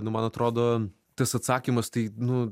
nu man atrodo tas atsakymas tai nu